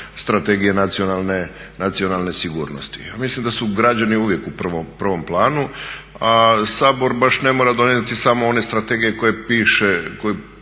strategije nacionalne sigurnosti? A mislim da su građani uvijek u pravom planu, a Sabor baš ne mora donijeti samo one strategije koje pišu